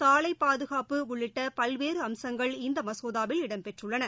சாலைபாதுகாப்பு உள்ளிட்டபல்வேறுஅம்சங்கள் இந்தமசோதாவில் இடம்பெற்றுள்ளன